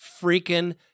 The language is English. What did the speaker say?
freaking